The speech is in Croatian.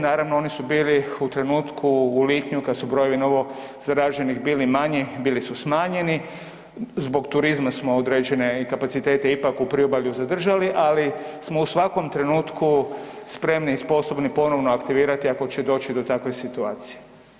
Naravno oni su bili u trenutku, u lipnju kad su brojevi novo zaraženih bili manji, bili su smanjeni, zbog turizma smo određene kapacitete ipak u priobalju zadržali, ali smo u svakom trenutku spremni i sposobni ponovno aktivirati ako će doći do takve situacije.